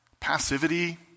passivity